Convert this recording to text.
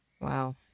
Wow